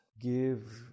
give